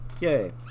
Yay